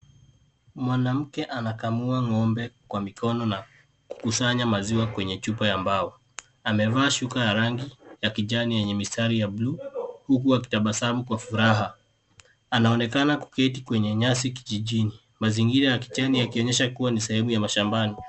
Mwanamke anakamua ngombe kwa mkono na kusanya maziwa kwenye chupa ya mbao amevaa shuka ya rangi ya kijani yenye mistari ya bluu huku akitabasamu kwa furaha anaonekana kuketi kwenye nyasi kijijini mazingira ya kijani yakionyesha kuwa ni sehemu ya mashambani.